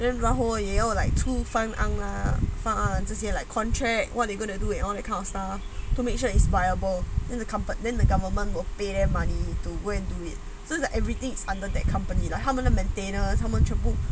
then 然后也有 like to fund 方案这些 like contract what you gonna do it all that kind of stuff to make sure is viable in the company then the government will pay them money to go and do it 就是 everything's under that company like 他们的 maintainer 他们全部